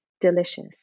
delicious